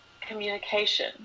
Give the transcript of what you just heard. communication